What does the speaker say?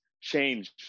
change